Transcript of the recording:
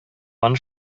аны